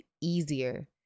easier